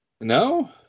No